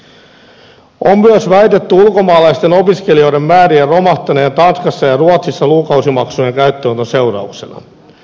on myös väitetty ulkomaalaisten opiskelijoiden määrien romahtaneen tanskassa ja ruotsissa lukukausimaksujen käyttöönoton seurauksena